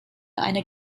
eine